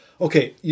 okay